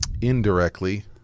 indirectly